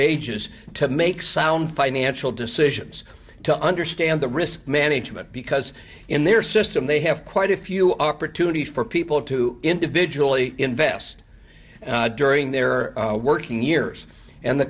ages to make sound financial decisions to understand the risk management because in their system they have quite a few opportunities for people to individually invest during their working years and the